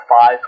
five